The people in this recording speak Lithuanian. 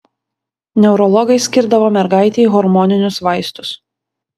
neurologai skirdavo mergaitei hormoninius vaistus